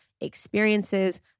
experiences